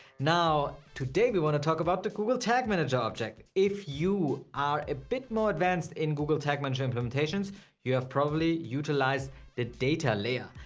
now, today, we want to talk about the google tag manager object. if you are a bit more advanced in google tag manager implementations you have probably utilize the data layer.